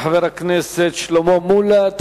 תודה לחבר הכנסת שלמה מולה.